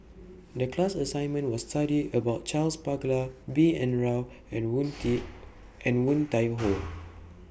The class assignment was study about Charles Paglar B N Rao and Woon and Woon Tai Ho